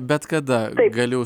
bet kada galiu